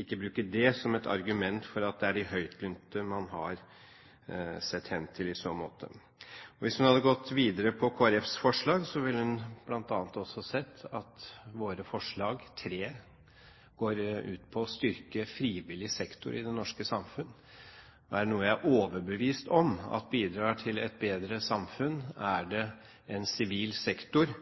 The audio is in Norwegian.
ikke bruke det som et argument for at det er de høytlønte man har sett hen til i så måte. Hvis hun hadde gått videre på Kristelig Folkepartis forslag, ville hun bl.a. også sett at våre tre forslag går ut på å styrke frivillig sektor i det norske samfunn. Er det noe jeg er overbevist om at bidrar til et bedre samfunn, er det en sivil sektor –